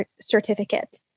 certificate